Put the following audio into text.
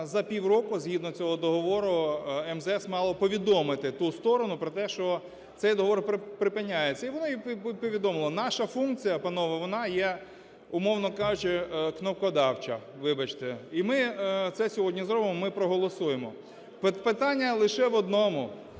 за півроку згідно цього договору МЗС мало повідомити ту сторону про те, що цей договір припиняється, і вони й повідомили. Наша функція, панове, вона є, умовно кажучи, кнопкодавча, вибачте. І ми це сьогодні зробимо, ми проголосуємо. Тут питання лише в одному,